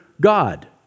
God